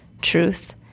truth